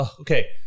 okay